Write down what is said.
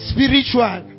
Spiritual